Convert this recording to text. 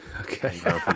okay